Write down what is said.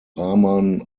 rahman